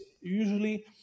usually